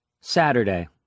Saturday